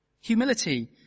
Humility